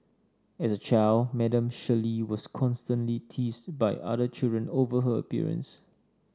as a child Madam Shirley was constantly teased by other children over her appearance